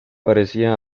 parecía